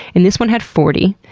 and this one had forty.